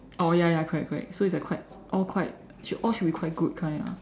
oh ya ya correct correct so it's the quite all quite shou~ all should be quite good kind ah